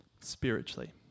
spiritually